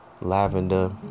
lavender